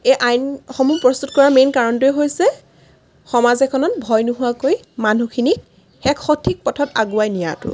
এই আইনসমূহ প্ৰস্তুত কৰাৰ মেইন কাৰণটোৱে হৈছে সমাজ এখনত ভয় নোহোৱাকৈ মানুহখিনিক এক সঠিক পথত আগুৱাই নিয়াটো